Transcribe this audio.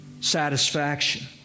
satisfaction